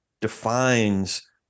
defines